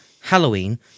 Halloween